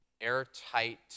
airtight